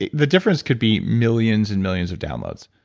the the difference could be millions and millions of downloads.